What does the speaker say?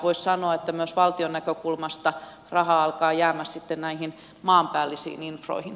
voisi sanoa että myös valtion näkökulmasta rahaa alkaa jäädä sitten näihin maanpäällisiin infroihin